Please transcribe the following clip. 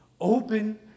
open